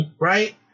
Right